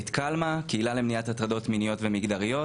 את קלמ"ה קהילה למניעת הטרדות מיניות ומגדריות